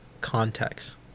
context